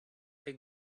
they